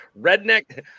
Redneck